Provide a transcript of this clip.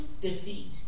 defeat